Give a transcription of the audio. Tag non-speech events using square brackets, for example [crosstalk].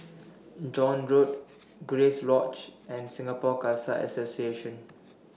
[noise] John Road Grace Lodge and Singapore Khalsa Association